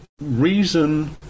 reason